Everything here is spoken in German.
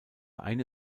eine